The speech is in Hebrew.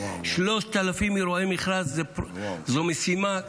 3,000 אירועי מכרז הם משימה ענקית,